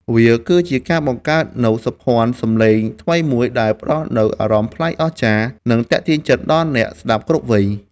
វាគឺជាការបង្កើតនូវសោភ័ណសំឡេងថ្មីមួយ ដែលផ្ដល់នូវអារម្មណ៍ប្លែកអស្ចារ្យ និងទាក់ទាញចិត្តអ្នកស្ដាប់គ្រប់វ័យ។